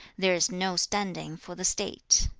there is no standing for the state